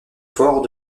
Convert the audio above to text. fort